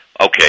Okay